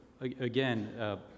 again